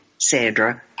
Sandra